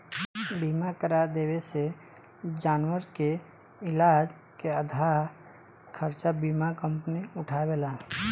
बीमा करा देवे से जानवर के इलाज के आधा खर्चा बीमा कंपनी उठावेला